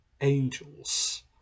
angels